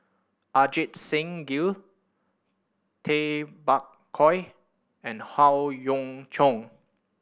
Ajit Singh Gill Tay Bak Koi and Howe Yoon Chong